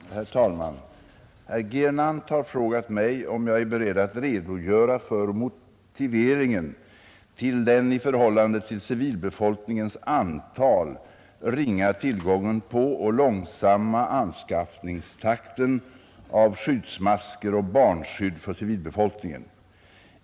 Herr talman! Herr Gernandt har frågat mig om jag är beredd att redogöra för motiveringen till den i förhållande till civilbefolkningens antal ringa tillgången på och långsamma anskaffningstakten av skyddsmasker och barnskydd för civilbefolkningen.